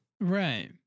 Right